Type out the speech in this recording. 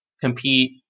compete